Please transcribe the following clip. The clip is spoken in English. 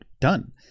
done